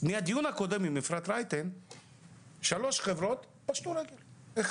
מאז הדיון הקודם עם אפרת רייטן שלוש חברות פשטו רגל,